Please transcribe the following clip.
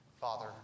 father